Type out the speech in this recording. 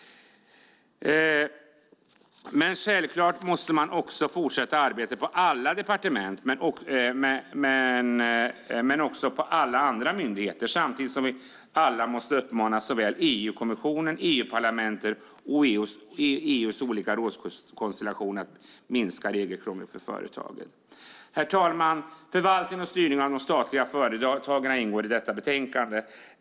Självklart måste man fortsätta arbetet på alla departement, men också på alla andra myndigheter, samtidigt som vi alla måste uppmana såväl EU-kommissionen, EU-parlamentet och EU:s olika rådskonstellationer att minska regelkrånglet för företagen. Herr talman! Förvaltning och styrning av de statliga företagen ingår i detta betänkande.